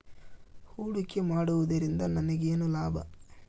ಹೂಡಿಕೆ ಮಾಡುವುದರಿಂದ ನನಗೇನು ಲಾಭ?